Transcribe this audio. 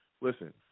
listen